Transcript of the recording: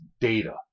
data